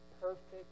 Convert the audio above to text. perfect